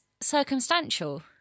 circumstantial